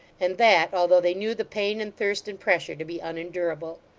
and that although they knew the pain, and thirst, and pressure to be unendurable.